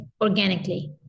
organically